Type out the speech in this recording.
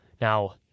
Now